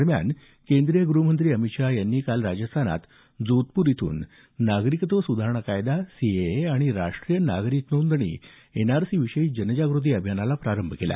दरम्यान केंद्रीय गृहमंत्री अमित शाह यांनी काल राजस्थानातल्या जोधपूर इथून नागरिकत्व सुधारणा कायदा आणि राष्ट्रीय नागरिक नोंदणी प्स्तिकेविषयी जनजागृती अभियानाला प्रारंभ केला